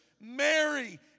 Mary